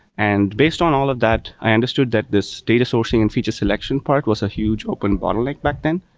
and based on all of that, i understood that this data sourcing and feature selection part was a huge open bottleneck back then,